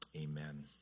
Amen